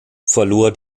verlor